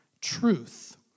truth